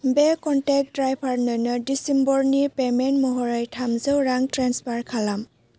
बे कनटेक्ट ड्राइभारनोनो दिसेम्बरनि पेमेन्ट महरै थामजौ रां ट्रेन्सफार खालाम